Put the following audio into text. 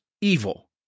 evil